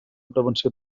prevenció